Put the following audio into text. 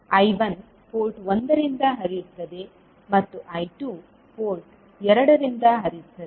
I1 port 1 ರಿಂದ ಹರಿಯುತ್ತದೆ ಮತ್ತು I2 ಪೋರ್ಟ್ 2 ರಿಂದ ಹರಿಯುತ್ತದೆ